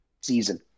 season